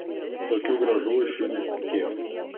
tokių grąžų iš jų nesitikėjau